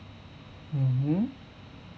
mmhmm